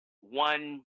one